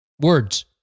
Words